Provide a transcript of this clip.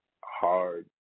hard